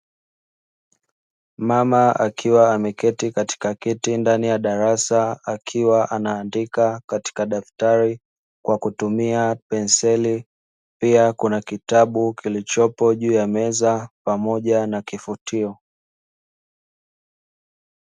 Mama akiwa ameketi katika kiti ndani ya darasa, akiwa anaandika katika daftari kwa kutumia penseli, pia kuna kitabu kilichopo juu ya meza, pamoja na kifutio.